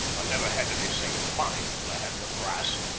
i never had any say in mine till i had the brass,